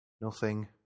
Nothing